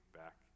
back